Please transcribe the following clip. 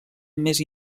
més